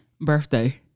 Birthday